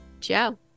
ciao